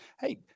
Hey